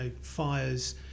fires